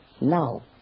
Now